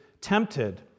tempted